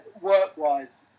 work-wise